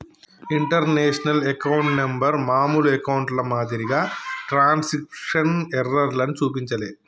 international account number మామూలు అకౌంట్ల మాదిరిగా ట్రాన్స్క్రిప్షన్ ఎర్రర్లను చూపించలే